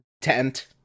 tent